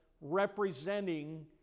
representing